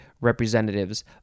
representatives